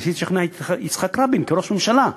וניסיתי לשכנע את יצחק רבין כראש ממשלה,